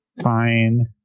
Fine